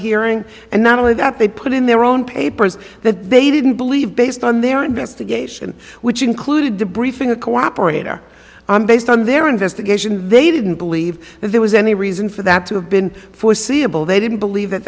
hearing and not only that they put in their own papers that they didn't believe based on their investigation which included debriefing a cooperator based on their investigation they didn't believe there was any reason for that to have been foreseeable they didn't believe that